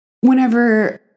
whenever